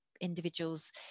individuals